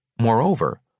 Moreover